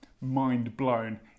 mind-blown